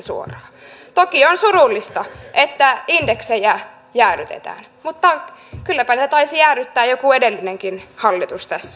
toki on surullista että indeksejä jäädytetään mutta kylläpä ne taisi jäädyttää joku edellinenkin hallitus tässä maassa